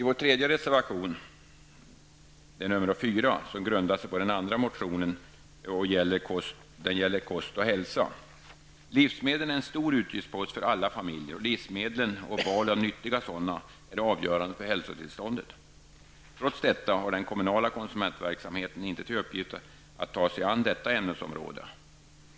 Vår tredje reservation, nr 4, grundar sig på den andra centermotionen och gäller kost och hälsa. Livsmedel är en stor utgiftspost för alla familjer, och livsmedlen och val av nyttiga sådana är avgörande för hälsotillståndet. Trots detta har den kommunala konsumentverksamheten inte till uppgift att ta sig an detta ämnesområde.